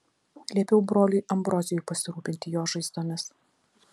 liepiau broliui ambrozijui pasirūpinti jo žaizdomis